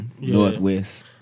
Northwest